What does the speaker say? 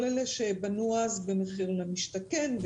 שבנו אז במחיר למשתכן,